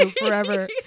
forever